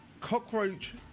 cockroach